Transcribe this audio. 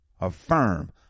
affirm